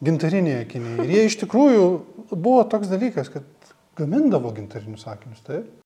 gintariniai akiniai ir jie iš tikrųjų buvo toks dalykas kad gamindavo gintarinius akinius taip